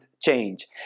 change